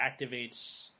activates